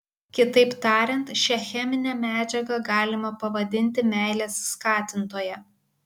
kitaip tariant šią cheminę medžiagą galima pavadinti meilės skatintoja